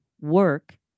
work